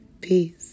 Peace